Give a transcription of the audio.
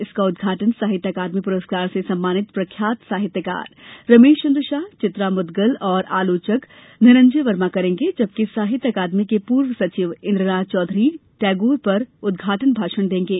इसका उदघाटन साहित्य अकादमी पुरस्कार से सम्मानित प्रख्यात साहित्यकार रमेशचंद्र शाह चित्रा मुदगल और आलोचक धनंजय वर्मा करेंगे जबकि साहित्य अकादमी के पूर्व सचिव इंद्रनाथ चौधरी टैगोर पर उदघाटन भाषण देंगे